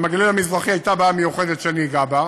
עם הגליל המזרחי הייתה בעיה מיוחדת, ואני אגע בה.